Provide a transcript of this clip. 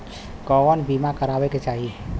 कउन बीमा करावें के चाही?